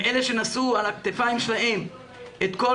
הם אלה שנשאו על הכתפיים שלהם את כל